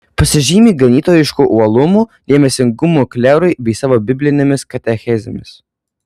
pasižymi ganytojišku uolumu dėmesingumu klerui bei savo biblinėmis katechezėmis